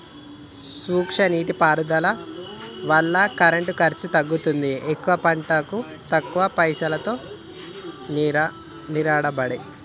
సూక్ష్మ నీటి పారుదల వల్ల కరెంటు ఖర్చు తగ్గుతుంది ఎక్కువ పంటలకు తక్కువ పైసలోతో నీరెండబట్టే